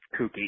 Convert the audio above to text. kooky